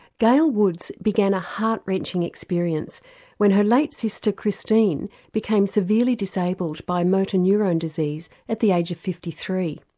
gail woods began a heart wrenching experience when her late sister christine became severely disabled by motor neurone disease at the age of fifty three.